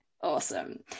Awesome